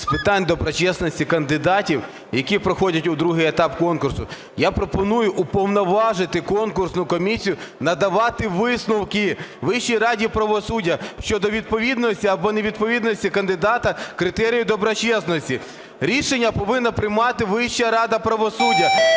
з питань доброчесності кандидатів, які проходять у другий етап конкурсу, я пропоную уповноважити конкурсну комісію надавати висновки Вищій раді правосуддя щодо відповідності або невідповідності кандидата критерію доброчесності. Рішення повинна приймати Вища рада правосуддя,